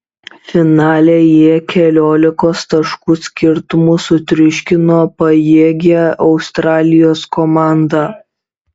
finale jie keliolikos taškų skirtumu sutriuškino pajėgią australijos komandą